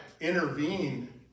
intervene